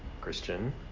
Christian